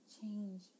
change